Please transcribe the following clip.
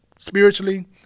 spiritually